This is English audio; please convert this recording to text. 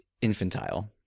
infantile